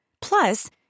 Plus